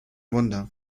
wunder